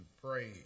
pray